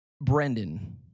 Brendan